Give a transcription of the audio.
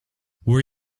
were